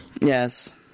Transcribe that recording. Yes